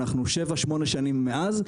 אנחנו 7-8 שנים מאז.